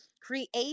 Create